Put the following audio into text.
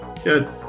Good